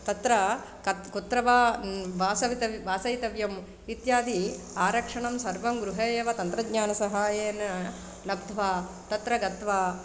तत्र कत् कुत्र वा वसितव्यं वसितव्यम् इत्यादि आरक्षणं सर्वं गृहे एव तन्त्रज्ञानसहायेन लब्ध्वा तत्र गत्वा